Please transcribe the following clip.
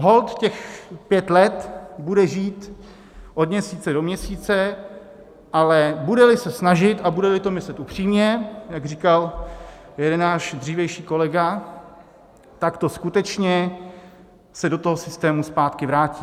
Holt těch pět let bude žít od měsíce do měsíce, ale budeli se snažit a budeli to myslet upřímně, jak říkal jeden náš dřívější kolega, tak skutečně se do toho systému zpátky vrátí.